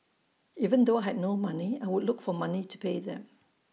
even though had no money I would look for money to pay them